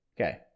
okay